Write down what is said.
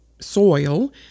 soil